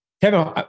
Kevin